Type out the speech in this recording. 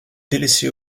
délaissé